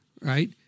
right